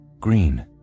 Green